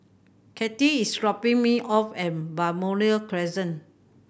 Cathi is dropping me off at Balmoral Crescent